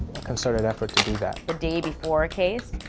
concerted effort to do that. the day before a case,